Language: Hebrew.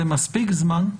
זה מספיק זמן?